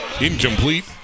Incomplete